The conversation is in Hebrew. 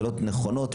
שאלות נכונות,